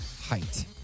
height